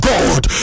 God